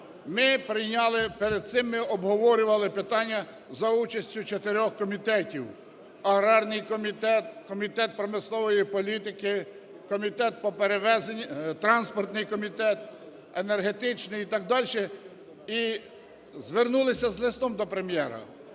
Ми прийняли… Перед цим ми обговорювали питання за участю чотирьох комітетів (аграрний комітет, комітет промислової політики, транспортний комітет, енергетичний і так дальше) і звернулися з листом до Прем'єра.